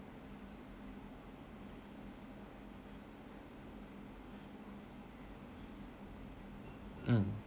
um